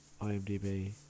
IMDb